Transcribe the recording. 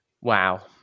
Wow